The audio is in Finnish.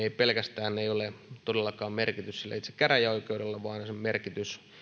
ei ole todellakaan merkitys pelkästään sillä itse käräjäoikeudella vaan sen merkitys